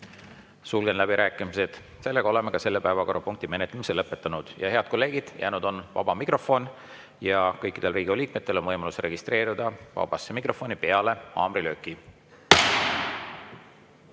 Sulgen läbirääkimised. Oleme ka selle päevakorrapunkti menetlemise lõpetanud. Head kolleegid! Jäänud on vaba mikrofon. Kõikidel Riigikogu liikmetel on võimalus registreeruda vabasse mikrofoni peale haamrilööki.